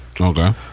okay